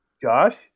Josh